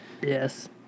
Yes